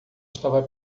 estava